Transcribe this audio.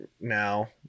now